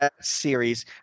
series